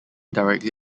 directly